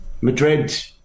Madrid